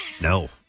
No